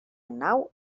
nau